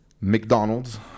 McDonald's